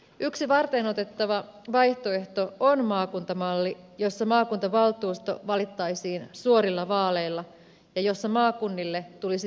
yksi varteenotettava vaihtoehto on maakuntamalli jossa maakuntavaltuusto valittaisiin suorilla vaaleilla ja jossa maakunnille tulisi verotusoikeus